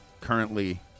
currently